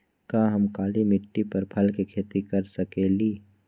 का हम काली मिट्टी पर फल के खेती कर सकिले?